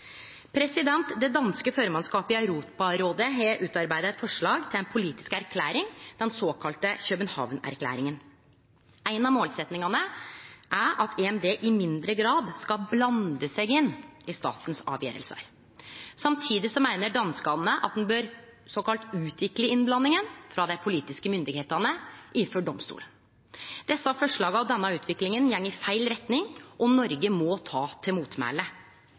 Det danske formannskapet i Europarådet har utarbeidd eit forslag til ei politisk erklæring, den såkalla København-erklæringa. Ei av målsetjingane er at EMD i mindre grad skal blande seg inn avgjerdene til staten. Samtidig meiner danskane at ein bør såkalla utvikle innblandinga frå dei politiske myndigheitene overfor domstolen. Desse forslaga og denne utviklinga går i feil retning, og Noreg må ta til motmæle.